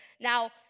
now